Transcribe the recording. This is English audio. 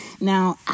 Now